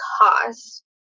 cost